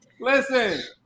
Listen